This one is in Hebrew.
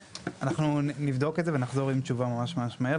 אז אנחנו נבדוק את זה ונחזור עם תשובה ממש ממש מהר.